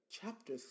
chapter